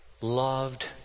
loved